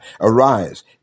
arise